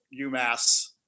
UMass